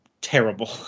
terrible